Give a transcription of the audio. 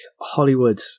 Hollywood